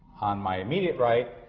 on my immediate right,